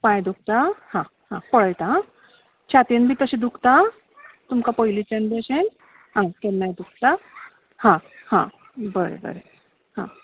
पांय दुखता हा हा पळयता आ छातयेन बी तशें दुखता तुमकां पयलींच्यान बी अशें आ केन्नाय दुखता हा हा बरें बरें हा